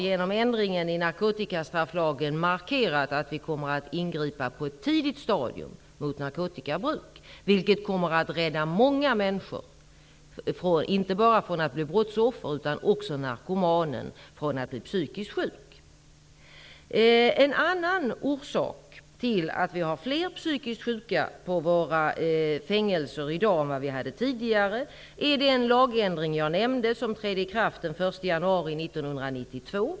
Genom ändringen i narkotikastrafflagen har vi markerat att vi kommer att ingripa på ett tidigt stadium mot narkotikabruk, vilket kommer att rädda inte bara många människor från att bli brottsoffer utan också narkomaner från att bli psykiskt sjuka. Den andra orsaken till att vi har fler psykiskt sjuka på våra fängelser i dag än vi hade tidigare är den lagändring som jag nämnde och som trädde i kraft den 1 januari 1992.